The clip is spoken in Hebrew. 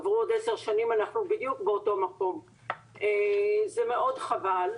עברו עוד עשר שנים ואנחנו בדיוק באותו מקום וזה מאוד חבל.